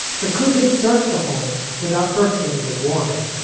but could they searched the home without first getting a warrant?